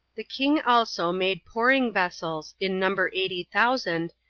the king also made pouring vessels, in number eighty thousand,